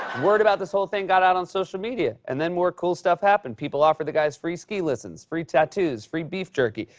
word about this whole thing got out on social media and then more cool stuff happened. people offered the guys free ski lessons, free tattoos, free beef jerky,